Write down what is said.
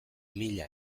mila